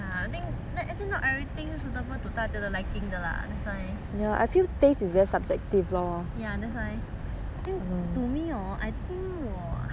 to 大家的 liking 的 lah that's why ya that's why then to me hor I think 我还是蛮 chinese 的蛮 chinese